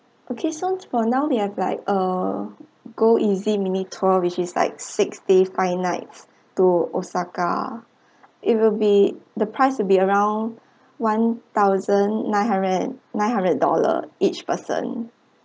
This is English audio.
okay so for now we have like uh go easy mini tour which is like six days five nights to osaka it will be the price will be around one thousand nine hundred and nine hundred dollar each person